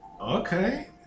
Okay